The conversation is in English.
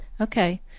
Okay